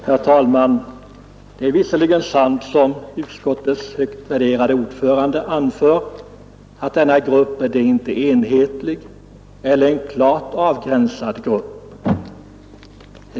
Herr talman! Det är visserligen sant att denna grupp, som utskottets högt värderade ordförande sagt, inte är en enhetlig eller klart avgränsad grupp.